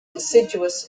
deciduous